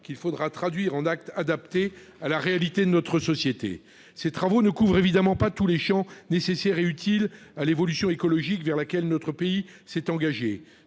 qu'il faudra traduire en actes adaptés à la réalité de notre société. Ces travaux ne couvrent évidemment pas tous les champs nécessaires et utiles à l'évolution écologique vers laquelle notre pays s'est engagé.